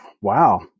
Wow